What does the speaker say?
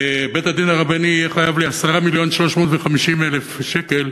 בית-הדין הרבני יהיה חייב לי 10 מיליון ו-350,000 שקל,